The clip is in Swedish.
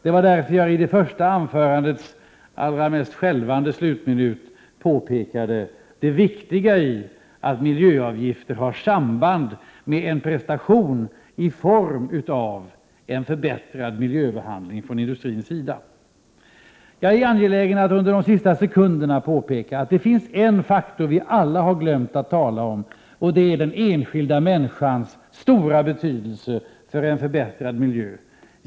Det var därför som jag i mitt första anförandes skälvande slutminut påpekade det viktiga i att miljöavgifter har samband med en prestation i form av en förbättrad miljöbehandling från industrins sida. Jag vill till sist påpeka att det finns en faktor som vi alla har glömt att tala om, nämligen den enskilda människans stora betydelse för en förbättrad miljö.